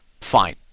Fine